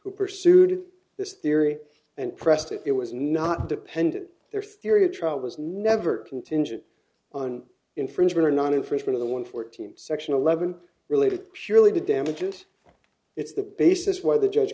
who pursued this theory and pressed it was not depended their theory of trial was never contingent on infringement or not infringement of the one fourteenth section eleven related purely to damages it's the basis where the judge